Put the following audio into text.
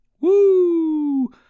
Woo